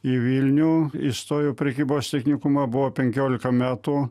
į vilnių įstojau į prekybos technikumą buvo penkiolika metų